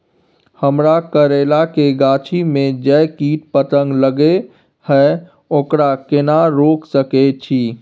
हमरा करैला के गाछी में जै कीट पतंग लगे हैं ओकरा केना रोक सके छी?